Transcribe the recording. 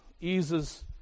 eases